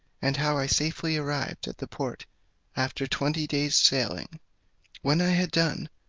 and how i safely arrived at the port after twenty days' sailing when i had done,